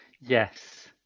Yes